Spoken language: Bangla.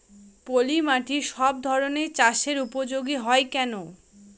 পলিমাটি সব ধরনের চাষের উপযোগী হয় কেন?